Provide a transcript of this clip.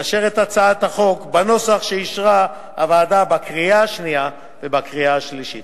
לאשר את הצעת החוק בנוסח שאישרה הוועדה בקריאה השנייה ובקריאה השלישית.